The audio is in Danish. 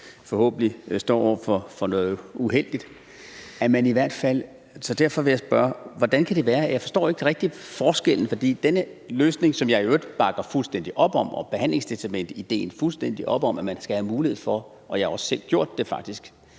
hvor de står over for noget uheldigt, allerede har. Derfor vil jeg spørge, hvordan det kan være, for jeg forstår ikke rigtig forskellen. For det er en løsning, som jeg i øvrigt bakker fuldstændig op om, behandlingstestamenteideen, altså at man skal have mulighed for – og det har jeg faktisk